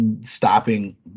Stopping